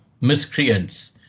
miscreants